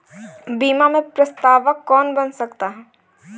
बीमा में प्रस्तावक कौन बन सकता है?